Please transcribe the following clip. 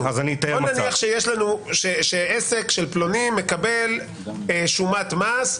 בוא נניח שעסק של פלוני מקבל שומת מס,